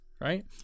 right